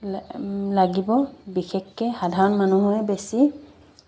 লাগিব বিশেষকৈ সাধাৰণ মানুহৰে বেছি